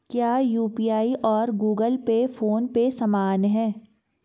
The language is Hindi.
क्या यू.पी.आई और गूगल पे फोन पे समान हैं?